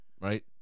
right